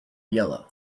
yellow